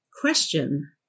question